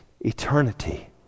eternity